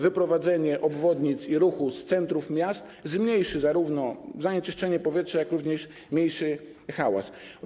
Wyprowadzenie obwodnic i ruchu z centrów miast zmniejszy zarówno zanieczyszczenie powietrza, jak i hałas.